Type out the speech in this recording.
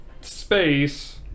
space